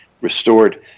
restored